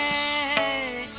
a